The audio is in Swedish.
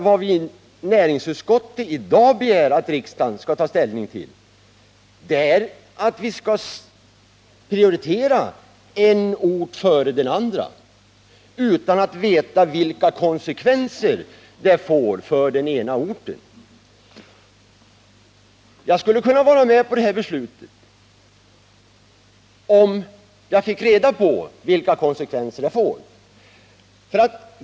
Vad näringsutskottet i dag begär att riksdagen skall ta ställning till är att vi skall prioritera en ort före en annan utan att veta vilka konsekvenser det får för den ena orten. Jag skulle kunna vara med på det här beslutet, om jag fick reda på vilka Nr 173 konsekvenser det får.